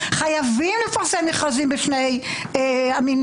חייבים לפרסם מכרזים בשני המינים.